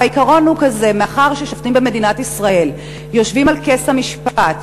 והעיקרון הוא כזה: מאחר ששופטים במדינת ישראל יושבים על כס המשפט,